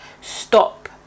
stop